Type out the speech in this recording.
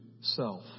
self